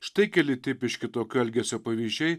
štai keli tipiški tokio elgesio pavyzdžiai